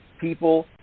people